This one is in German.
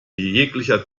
jeglicher